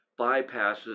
bypasses